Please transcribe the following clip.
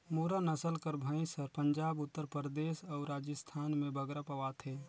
मुर्रा नसल कर भंइस हर पंजाब, उत्तर परदेस अउ राजिस्थान में बगरा पवाथे